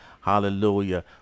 Hallelujah